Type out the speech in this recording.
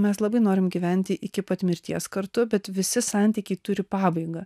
mes labai norim gyventi iki pat mirties kartu bet visi santykiai turi pabaigą